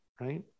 right